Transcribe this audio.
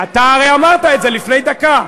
אתה הרי אמרת את זה לפני דקה.